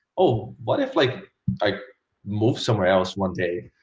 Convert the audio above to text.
oh what if like i move somewhere else one day.